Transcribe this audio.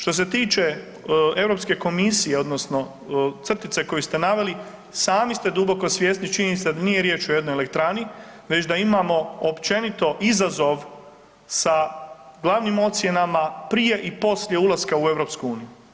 Što se tiče Europske komisije odnosno crtice koju ste naveli, sami ste duboko svjesni činjenice da nije riječ o jednoj elektrani već da imamo općenito izazov sa glavnim ocjenama prije i poslije ulaska u EU.